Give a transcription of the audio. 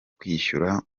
kwishyura